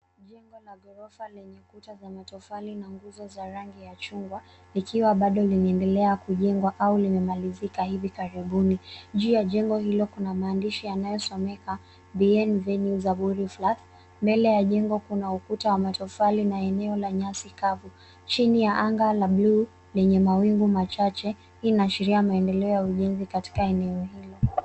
Jengo la ghorofa lenye kuta za matofali na nguzo za rangi ya chungwa, likiwa bado linaendelea kujengwa au limemalizika hivi karibuni. Juu ya jengo hilo, kuna maandishi yanayosomeka, Bienvenue Zafuri Flats. Mbele ya jengo kuna ukuta wa matofali na eneo la nyasi kavu, chini ya anga ya bluu, yenye mawingu machache. Hii inaashiria maendeleo ya ujenzi katika eneo hili.